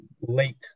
late